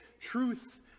truth